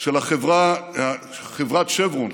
של חברת שברון,